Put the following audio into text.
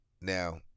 Now